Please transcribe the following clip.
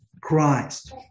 Christ